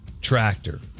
tractor